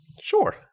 sure